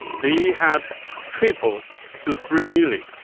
they had tripled to three million.